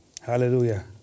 Hallelujah